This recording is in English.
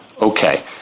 Okay